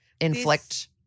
inflict